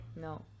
No